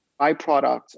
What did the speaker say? byproduct